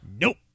Nope